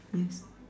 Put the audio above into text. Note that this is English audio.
yes